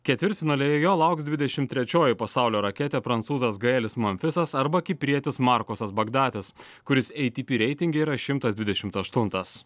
ketvirtfinalyje jo lauks dvidešimt trečioji pasaulio raketė prancūzas gaelis manfisas arba kiprietis markosas bagdatas kuris eitipi reitinge yra šimtas dvidešimt aštuntas